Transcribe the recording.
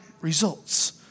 results